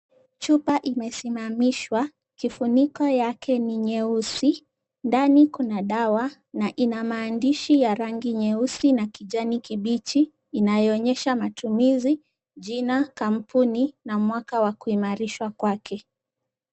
Chupa imesimamishwa, kifuniko yake ni nyeusi, ndani kuna dawa na ina maandishi ya rangi nyeusi na kijani kibichi inayoonyesha matumizi, jina, kampuni na mwaka wa kuimarishwa kwake.